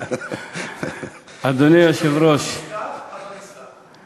אדוני היושב-ראש, לא נשכח, אבל נסלח.